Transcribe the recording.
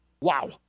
Wow